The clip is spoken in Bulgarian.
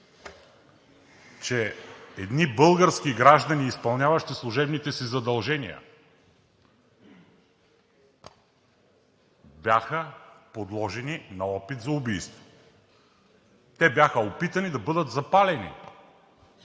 че едни български граждани, изпълняващи служебните си задължения, бяха подложени на опит за убийство. Те бяха опитани да бъдат запалени